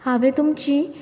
हांवें तुमची